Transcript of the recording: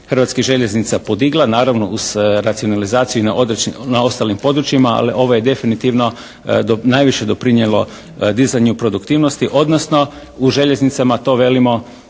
Hrvatskih željeznica podigla naravno uz racionalizaciju na ostalim područjima, ali ovo je definitivno najviše doprinijelo dizanju produktivnosti, odnosno u željeznicama to velimo